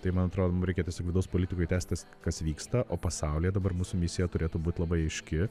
tai man atrodo mum reikia tiesiog vidaus politikoj tęst tas kas vyksta o pasaulyje dabar mūsų misija turėtų būt labai aiški